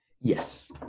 Yes